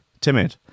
Timid